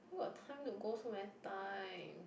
where got time to go so many times